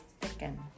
thicken